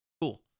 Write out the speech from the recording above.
Cool